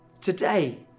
Today